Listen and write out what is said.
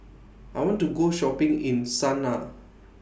I want to Go Shopping in Sanaa